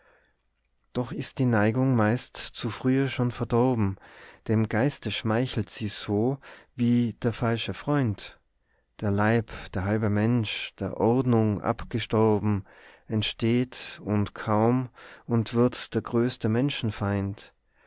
doch ist die neigung meist zu frühe schon verdorben dem geiste schmeichelt sie so wie der falsche freund der leib der halbe mensch der ordnung abgestorben entsteht und kaum und wird der größte